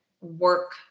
work